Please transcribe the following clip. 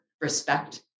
respect